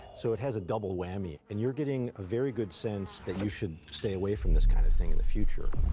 so it has a double whammy. and you're getting a very good sense that you should stay away from this kind of thing in the future.